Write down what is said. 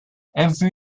every